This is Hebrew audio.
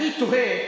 אני תוהה,